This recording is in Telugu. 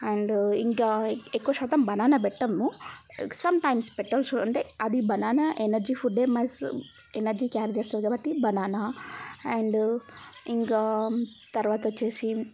అండ్ ఇంకా ఎక్కువ శాతం బనాన పెట్టము సమ్టైమ్స్ పెట్టచ్చు అంటే అది banana energy food a means energy carry చేస్తుంది కాబట్టి బనాన అండ్ ఇంకా తర్వాత వచ్చేసి